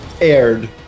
aired